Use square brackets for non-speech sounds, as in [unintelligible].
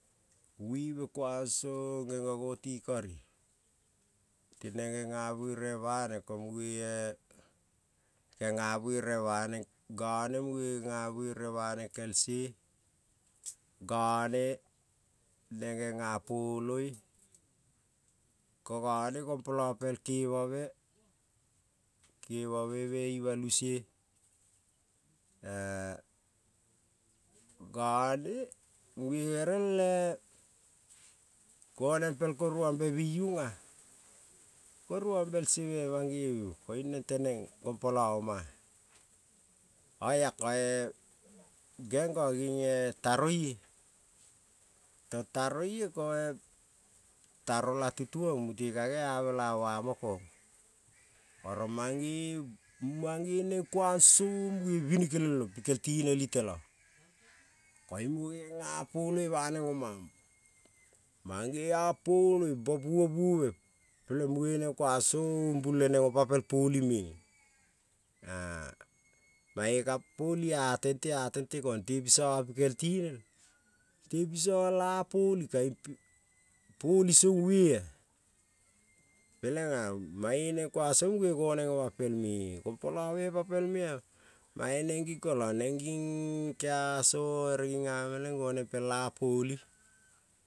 Vive kuang song gengo goti kari tireng genga vereve baneng, ko muge [hesitation] genga vereve vaneng gane muge, genga vereve vaneng kel-se, gano neng genga poloi, ko gane gompola kel kevave, kevave ima lu se [hesitation] gano, muge gere goneng pel koruambe bi iung-a, koruambel se me mang-geving koiung neng teneng gompola oma-a, oia ko geng-ga ging taroie, tong taroie ko-e taro la tutuong mute ka gea mela vamo kong, oro mange, mange neng kuang song muge binikel le-long pikel tinel litela, koiung muge genga poloi baneng oma-a mange-a poloi ba buove, buove peleng muge neng kuang song umbul le-neng apa pel poli me, [hesitation] mange-ka poli-a tente a tente kong te piso-oma pikel tonel, te pisogal-a poli ka-ing [unintelligible] poli song ve-a, blang-a msnge neng kuang song muge goneng oma pelme gompolavema pel me-a, mange neng gi kolang neng gi keaso ere ging ameleng goneng pel-a poli.